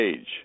age